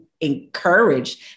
encouraged